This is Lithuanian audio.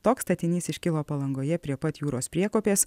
toks statinys iškilo palangoje prie pat jūros priekopės